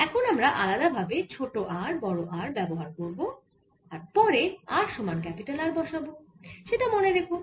এখন আমরা আলাদা ভাবে ছোট r বড় R ব্যবহার করব আর পরে r সমান R বসাব সেটা মনে রেখো